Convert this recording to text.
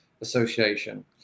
Association